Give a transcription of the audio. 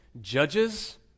judges